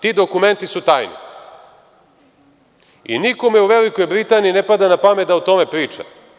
Ti dokumenti su tajni i nikome u Velikoj Britaniji ne pada na pamet da o tome priča.